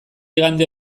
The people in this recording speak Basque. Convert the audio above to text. igande